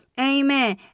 Amen